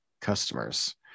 customers